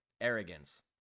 Arrogance